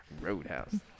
Roadhouse